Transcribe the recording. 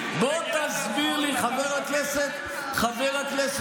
וחירות זה בליבת,